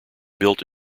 built